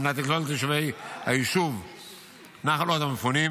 על מנת לקלוט את תושבי היישוב נחל עוז המפונים,